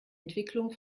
entwicklung